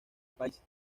país